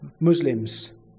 Muslims